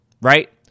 right